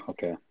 Okay